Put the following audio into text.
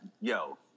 yo